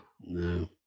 No